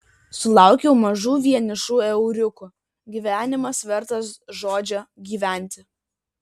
sulaukiau mažų vienišų euriukų gyvenimas vertas žodžio gyventi